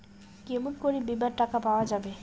কেমন করি বীমার টাকা পাওয়া যাবে?